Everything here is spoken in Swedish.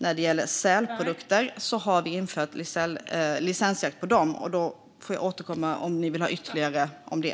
När det gäller sälprodukter har vi infört licensjakt, men jag får återkomma till det.